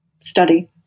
study